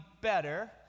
better